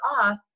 off